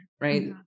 right